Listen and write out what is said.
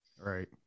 Right